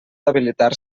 habilitar